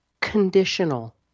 conditional